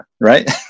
right